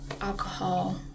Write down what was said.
alcohol